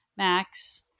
Max